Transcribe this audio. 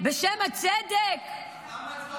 בשם הצדק -- די כבר.